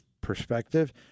perspective